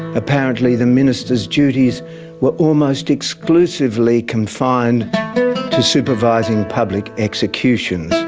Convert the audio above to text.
apparently the minister's duties were almost exclusively confined to supervising public executions,